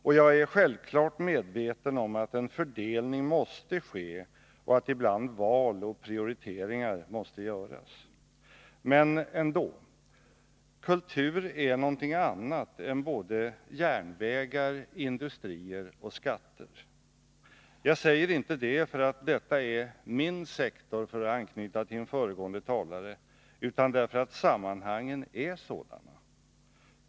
Och jag är självfallet medveten om att en fördelning måste ske och att ibland val och prioriteringar måste göras. 27 Men ändå — kultur är någonting annat än järnvägar, industrier och skatter. Jag säger inte det för att detta är ”min” sektor, för att anknyta till en föregående talare, utan därför att sammanhangen är sådana.